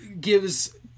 gives